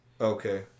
Okay